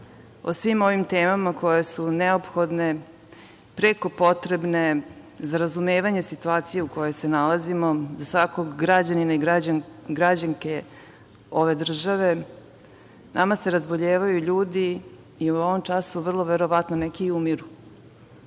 o svim ovim temama koje su neophodne, preko potrebne za razumevanje situacije u kojoj se nalazimo za svakog građanina i građanku ove države, nama se razboljevaju ljudi i u ovom času vrlo verovatno neki i umiru.